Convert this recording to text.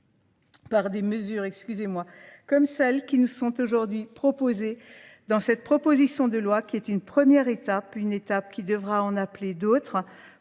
par des mesures, excusez-moi, comme celles qui nous sont aujourd'hui proposées dans cette proposition de loi qui est une première étape, une étape qui devra en appeler d'autres,